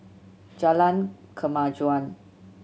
Jalan Kemajuan